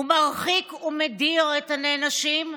הוא מרחיק ומדיר את הנענשים,